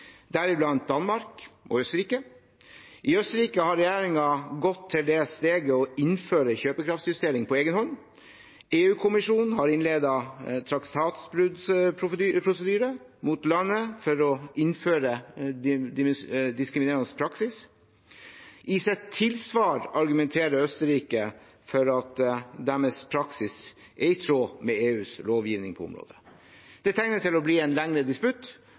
deriblant Danmark og Østerrike. I Østerrike har regjeringen gått til det steget å innføre kjøpekraftsjustering på egen hånd. EU-kommisjonen har innledet traktatbruddsprosedyre mot landet for innføring av diskriminerende praksis. I sitt tilsvar argumenterer Østerrike for at deres praksis er i tråd med EUs lovgivning på området. Dette tegner til å bli en lengre disputt